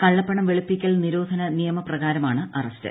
കള്ളപ്പണം വെളുപ്പിക്കൽ നിരോധന നിയമപ്പ്കാര്മാണ് അറസ്റ്റ്